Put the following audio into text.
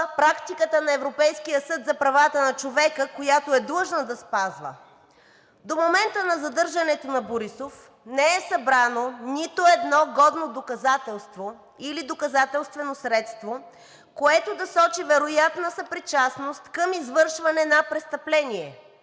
практиката на Европейския съд за правата на човека, която е длъжно да спазва. До момента на задържането на Борисов не е събрано нито едно годно доказателство или доказателствено средство, което да сочи вероятна съпричастност към извършване на престъпление